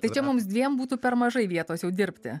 tai čia mums dviem būtų per mažai vietos jau dirbti